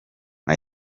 nka